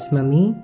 Mummy